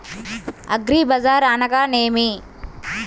అగ్రిబజార్ అనగా నేమి?